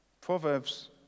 Proverbs